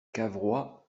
cavrois